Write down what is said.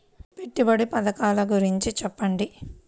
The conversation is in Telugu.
పెట్టుబడి పథకాల గురించి చెప్పండి?